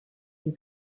est